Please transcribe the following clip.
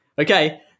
Okay